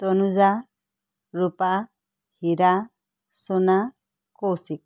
Tanuja Rupa Hira Chuna Kaushik